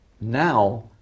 now